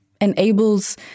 enables